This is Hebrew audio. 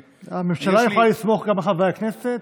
הממשלה יכולה לסמוך גם על חברי הכנסת